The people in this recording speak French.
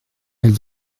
elle